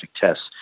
tests